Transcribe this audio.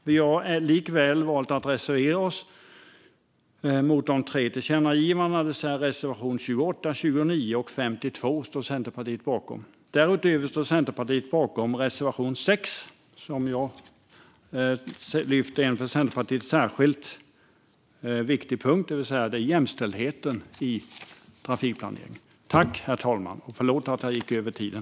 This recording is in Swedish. Vi har likväl valt att reservera oss mot de tre tillkännagivandena, det vill säga att Centerpartiet yrkar bifall till reservationerna 28, 29 och 52. Därutöver yrkar Centerpartiet bifall till reservation 6, som för Centerpartiet rör en särskilt viktig fråga, det vill säga jämställdheten i trafikbehandlingen.